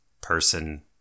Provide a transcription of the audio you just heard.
person